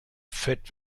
fett